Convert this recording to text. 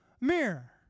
mirror